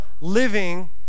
living